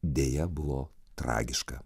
deja buvo tragiška